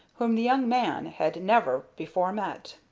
whom the young man had never before met.